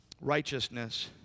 Righteousness